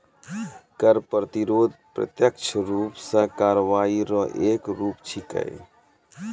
कर प्रतिरोध प्रत्यक्ष रूप सं कार्रवाई रो एक रूप छिकै